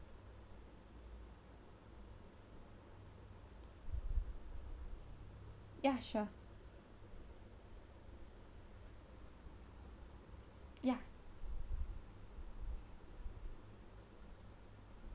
yeah sure yeah